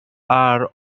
are